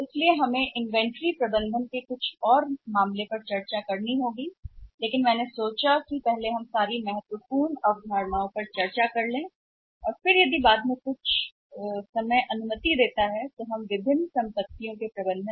इसलिए हमें कुछ और मामलों के बारे में चर्चा करनी होगी इन्वेंट्री प्रबंधन लेकिन मैंने सोचा कि सबसे पहले हमें सभी महत्वपूर्ण अवधारणाओं को करना चाहिए और यदि समय बाद में अनुमति देता है तो हम कुछ मामलों पर भी चर्चा कर सकते हैं विभिन्न संपत्तियों का प्रबंधन